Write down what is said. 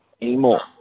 anymore